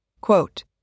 quote